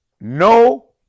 no